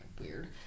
weird